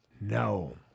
No